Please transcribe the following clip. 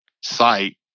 site